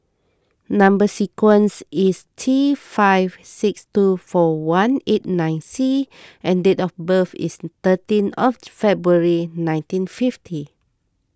Number Sequence is T five six two four one eight nine C and date of birth is thirteen of February nineteen fifty